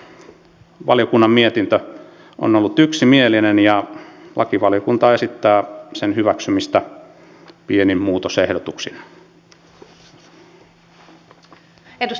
tämä valiokunnan mietintö on ollut yksimielinen ja lakivaliokunta esittää sen hyväksymistä pienin muutosehdotuksin